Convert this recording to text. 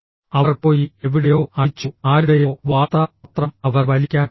അവർ പോയി എവിടെയോ അടിച്ചു ആരുടെയോ വാർത്താ പത്രം അവർ വലിക്കാൻ തുടങ്ങി